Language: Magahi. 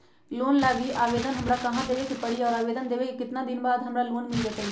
लोन लागी आवेदन हमरा कहां देवे के पड़ी और आवेदन देवे के केतना दिन बाद हमरा लोन मिल जतई?